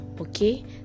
okay